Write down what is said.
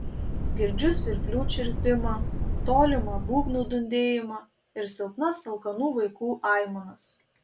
girdžiu svirplių čirpimą tolimą būgnų dundėjimą ir silpnas alkanų vaikų aimanas